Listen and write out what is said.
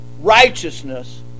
righteousness